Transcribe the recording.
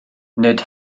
nid